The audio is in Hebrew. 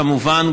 כמובן,